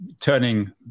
turning